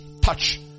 touch